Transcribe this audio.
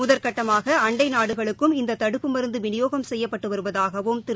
முதற்கட்டமாக அண்டை நாடுகளுக்கும் இந்த தடுப்புப் மருந்து விநியோகம் செய்யப்பட்டு வருவதாகவும் திரு